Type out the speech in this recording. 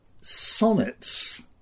sonnets